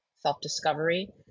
self-discovery